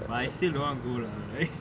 but I still don't want to go lah right